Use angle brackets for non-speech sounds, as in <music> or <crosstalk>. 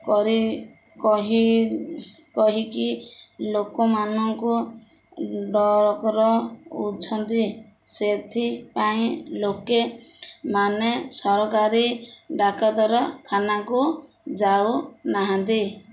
କରି କହିକି ଲୋକମାନଙ୍କୁ <unintelligible> ସେଥିପାଇଁ ଲୋକେ ମାନେ ସରକାରୀ ଡାକ୍ତରଖାନାକୁ ଯାଉନାହାନ୍ତି